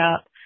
up